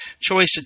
Choice